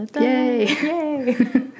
Yay